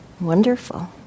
Wonderful